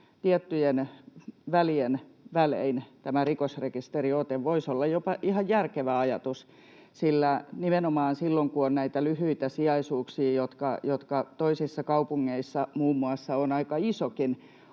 tietyin väliajoin, voisi olla jopa ihan järkevä ajatus. Nimenomaan silloin, kun on näitä lyhyitä sijaisuuksia, jotka toisissa kaupungeissa muun muassa ovat aika isokin